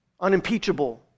unimpeachable